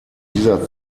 dieser